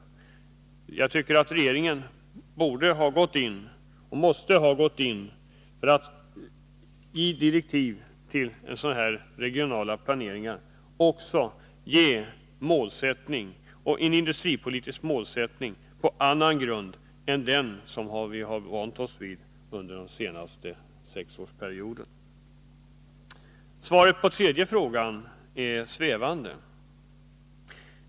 Jag tycker att regeringen borde — ja, jag vill säga måste — gå in för att när det ges direktiv till sådana här regionala planeringar också ange en industripolitisk målsättning på annan grund än den vi har vant oss vid under den senaste sexårsperioden. Svaret på den tredje frågan är svävande.